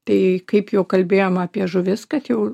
tai kaip jau kalbėjom apie žuvis kad jau